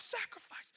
sacrifice